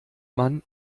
man